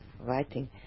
writing